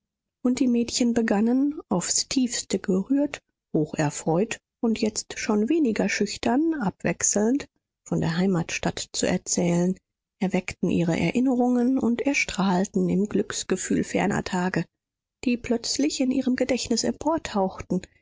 und die mädchen begannen aufs tiefste gerührt hocherfreut und jetzt schon weniger schüchtern abwechselnd von der heimatsstadt zu erzählen erweckten ihre erinnerungen und erstrahlten im glücksgefühl ferner tage die plötzlich in ihrem gedächtnis